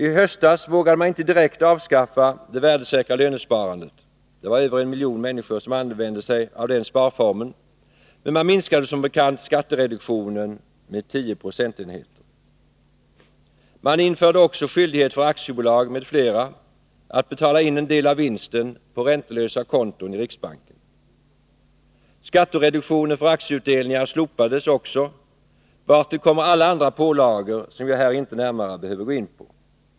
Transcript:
I höstas vågade man inte direkt avskaffa det värdesäkra lönesparandet — det var över en miljon människor som använde sig av den sparformen — men man minskade som bekant skattereduktionen med 10 procentenheter. Man införde också skyldighet för aktiebolag m.fl. att betala in en del av vinsten på räntelösa konton i riksbanken. Skattereduktionen för aktieutdelningar slopades också, vartill kommer alla andra pålagor som jag här inte närmare behöver gå in på.